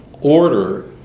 order